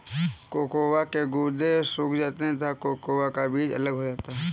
cocoa के गुदे सूख जाते हैं तथा कोकोआ का बीज अलग हो जाता है